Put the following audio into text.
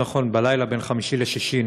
יותר נכון בלילה בין חמישי לשישי,